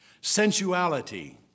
sensuality